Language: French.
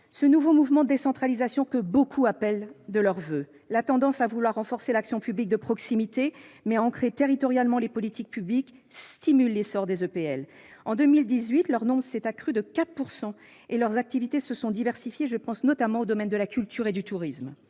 ce nouveau mouvement de décentralisation que beaucoup appellent de leurs voeux. La tendance à vouloir renforcer l'action publique de proximité et à ancrer territorialement les politiques publiques stimule l'essor des EPL. En 2018, leur nombre s'est accru de 4 %, et leurs activités se sont diversifiées ; je pense notamment aux domaines de la culture et du tourisme.